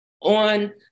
on